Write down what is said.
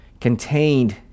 contained